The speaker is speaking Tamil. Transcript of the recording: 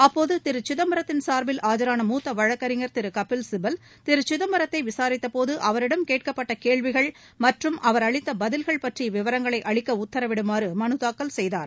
அப்போது திரு சிதம்பரத்தின் சார்பில் ஆஜராள மூத்த வழக்கறிஞர் திரு கயில்சிபல் திரு சிதப்பரத்தை விசாரித்தபோது அவரிடம் கேட்கப்பட்ட கேள்விகள் மற்றும் அவர் அளித்த பதில்கள் பற்றிய விவரங்களை அளிக்க உத்தரவிடுமாறு மனு தாக்கல் செய்தார்